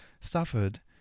suffered